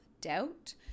doubt